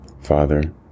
Father